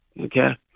okay